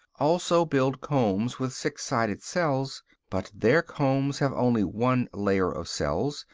also build combs with six-sided cells but their combs have only one layer of cells,